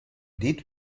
did